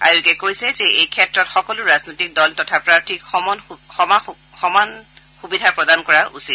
আয়োগে কৈছে যে এই ক্ষেত্ৰত সকলো ৰাজনৈতিক দল তথা প্ৰাৰ্থীক সমান সুবিধা প্ৰদান কৰা উচিত